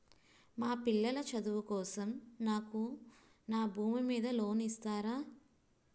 మా పిల్లల చదువు కోసం నాకు నా భూమి మీద లోన్ ఇస్తారా?